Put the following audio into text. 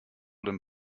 them